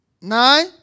nine